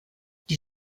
die